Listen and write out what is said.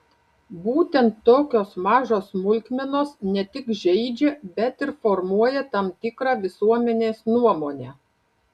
būtent tokios mažos smulkmenos ne tik žeidžia bet ir formuoja tam tikrą visuomenės nuomonę